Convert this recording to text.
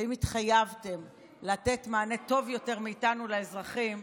ואם התחייבתם לתת מענה טוב יותר מאיתנו לאזרחים,